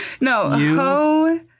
No